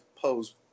pose